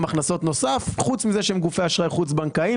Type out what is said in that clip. הכנסות נוסף חוץ מזה שהן גופי אשראי חוץ בנקאיים.